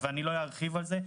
ולא ארחיב על כך.